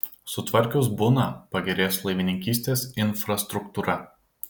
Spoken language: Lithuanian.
sutvarkius buną pagerės laivininkystės infrastruktūra